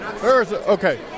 Okay